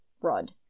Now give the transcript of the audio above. Rod